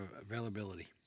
availability